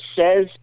says